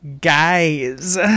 guys